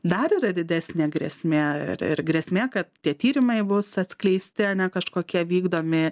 dar yra didesnė grėsmė ir ir grėsmė kad tie tyrimai bus atskleisti ane kažkokie vykdomi